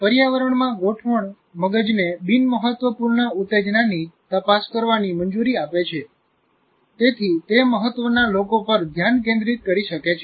પર્યાવરણમાં ગોઠવણ મગજને બિનમહત્વપૂર્ણ ઉત્તેજનાની તપાસ કરવાની મંજૂરી આપે છે તેથી તે મહત્વના લોકો પર ધ્યાન કેન્દ્રિત કરી શકે છે